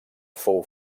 fou